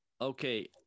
Okay